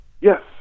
yes